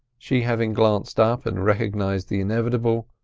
she having glanced up and recognised the inevitable,